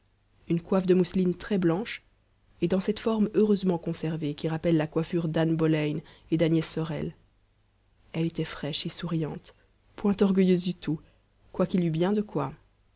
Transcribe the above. une coiffe de mousseline très blanche et dans cette forme heureusement conservée qui rappelle la coiffure d'anne boleyn et d'agnès sorel elle était fraîche et souriante point orgueilleuse du tout quoiqu'il y eût bien de quoi